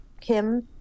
Kim